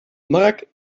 marc